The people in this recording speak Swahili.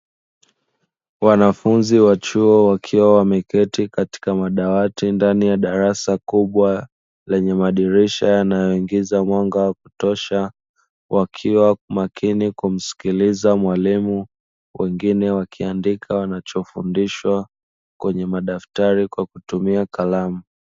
Wanafunzi wa chuo wakiwa wameketi katika madawati ndani ya darasa kubwa lenye madirisha yanayoingiza mwanga wa kutosha, wakiwa makini kumsikiliza mwalimu; wengine wakiandika wanachofundishwa kwenye madaftari kwa kutumia kalamu.